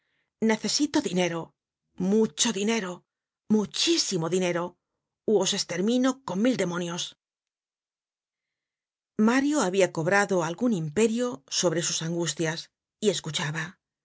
necesito dinero mucho dinero muchísimo dinero ú os estermino con mil demonios content from google book search generated at mario habia cobrado algun imperio sobre sus angustias y escuchaba